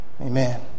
Amen